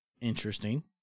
Interesting